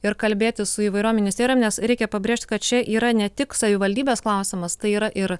ir kalbėtis su įvairiom ministerijom nes reikia pabrėžt kad čia yra ne tik savivaldybės klausimas tai yra ir